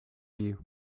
you